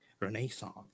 renaissance